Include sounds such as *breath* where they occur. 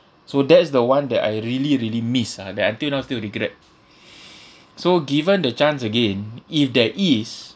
so that's the one that I really really miss ah that until now still regret *breath* so given the chance again if there is